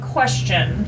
Question